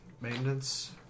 Maintenance